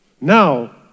Now